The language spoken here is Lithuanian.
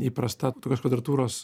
įprasta tokios kvadratūros